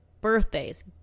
birthdays